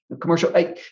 commercial